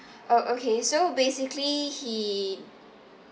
uh okay so basically he